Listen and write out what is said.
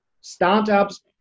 startups